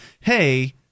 hey